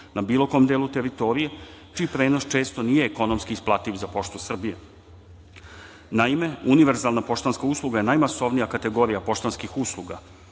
na bilo kom delu teritorije, čiji prenos često nije ekonomski isplativ za poštu Srbije. Naime, univerzalna poštanska usluga je najmasovnija kategorija poštanskih usluga